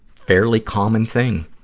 fairly common thing,